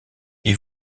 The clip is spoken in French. est